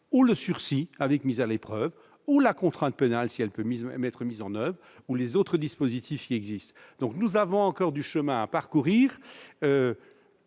ou le sursis avec mise à l'épreuve, ou la contrainte pénale, si elle peut être mise en oeuvre, ou l'un des autres dispositifs en vigueur. Nous avons donc encore du chemin à parcourir.